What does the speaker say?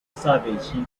savage